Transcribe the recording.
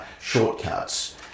shortcuts